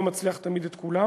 לא מצליח תמיד את כולם,